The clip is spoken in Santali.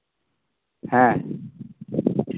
ᱦᱮᱸ